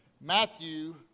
Matthew